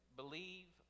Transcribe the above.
Believe